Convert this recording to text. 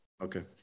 okay